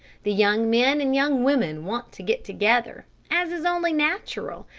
the young men and young women want to get together as is only natural.